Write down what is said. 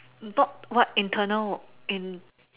bought what internal in